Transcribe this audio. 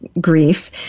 grief